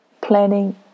planning